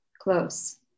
close